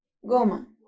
goma